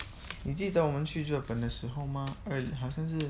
你记得我们去日本的时候吗二好像是